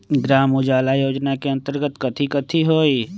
ग्राम उजाला योजना के अंतर्गत कथी कथी होई?